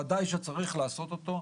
ודאי שצריך לעשות אותו.